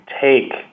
take